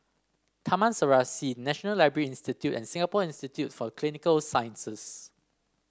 Taman Serasi National Library Institute and Singapore Institute for Clinical Sciences